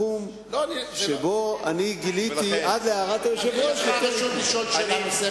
מהתחום שבו אני גיליתי עד הערת היושב-ראש יותר איפוק.